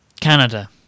Canada